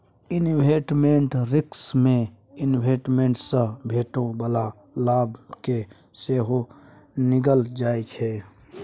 investment risk मे investment सँ भेटै बला लाभ केँ सेहो गिनल जाइ छै